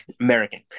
american